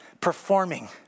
performing